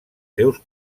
seus